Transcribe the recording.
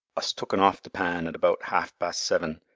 us took un off th' pan at about half-past seven,